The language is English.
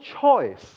choice